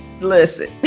Listen